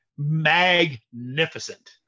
Magnificent